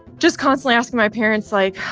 just constantly asking my parents, like,